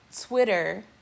Twitter